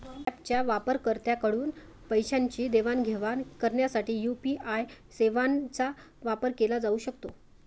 ऍपच्या वापरकर्त्यांकडून पैशांची देवाणघेवाण करण्यासाठी यू.पी.आय सेवांचा वापर केला जाऊ शकतो